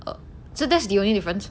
so that's the only difference